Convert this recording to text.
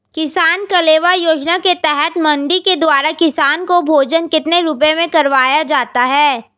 किसान कलेवा योजना के तहत मंडी के द्वारा किसान को भोजन कितने रुपए में करवाया जाता है?